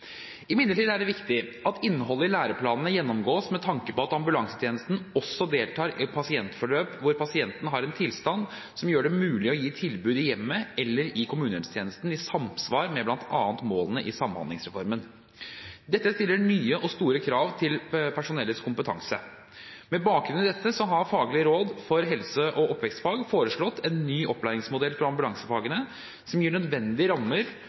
Imidlertid er det viktig at innholdet i læreplanen gjennomgås med tanke på at ambulansetjenesten også deltar i pasientforløp hvor pasienten har en tilstand som gjør det mulig å gi tilbud i hjemmet eller i kommunehelsetjenesten i samsvar med bl.a. målene i samhandlingsreformen. Dette stiller nye og store krav til personellets kompetanse. Med bakgrunn i dette har Faglig råd for helse- og oppvekstfag foreslått en ny opplæringsmodell for ambulansefaget som gir nødvendige rammer